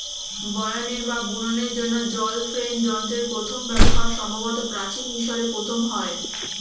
বয়নের বা বুননের জন্য জল ফ্রেম যন্ত্রের প্রথম ব্যবহার সম্ভবত প্রাচীন মিশরে প্রথম হয়